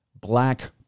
black